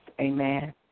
Amen